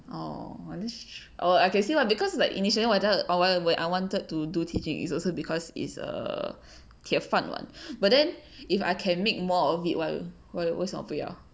oh that's tu~ oh I can say ah because like initially I wan~ wa~ I wanted to do teaching also because is a 铁饭碗 but then if I can make more of it why why 为什么不要